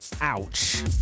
ouch